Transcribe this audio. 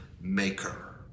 maker